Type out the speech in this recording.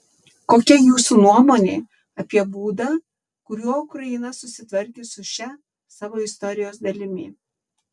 kokia jūsų nuomonė apie būdą kuriuo ukraina susitvarkė su šia savo istorijos dalimi